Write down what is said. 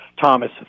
Thomas